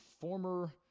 former –